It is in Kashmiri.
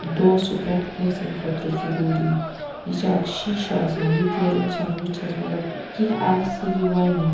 دوس چھ پرٮ۪تھ کٲنٛسہِ ہنٛدۍ خٲطرٕ ضروری یہِ چھ اَکھ شیشہ آسان یُتھ یورٕ اِنسان وُچھَس مطلب کیٚنٛہہ آسہِ یہِ وَنہِ